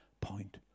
point